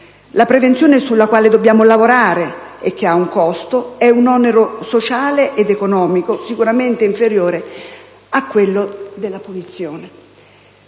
La prevenzione, sulla quale dobbiamo lavorare e che ha un costo, è un onere sociale ed economico sicuramente inferiore a quello della punizione.